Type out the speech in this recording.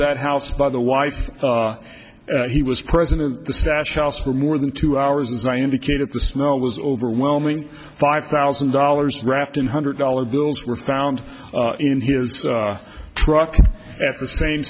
that house by the wife he was president the stash house for more than two hours as i indicated the smell was overwhelming five thousand dollars wrapped in hundred dollar bills were found in his truck at the same